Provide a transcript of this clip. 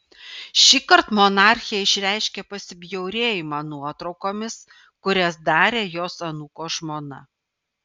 šįkart monarchė išreiškė pasibjaurėjimą nuotraukomis kurias darė jos anūko žmona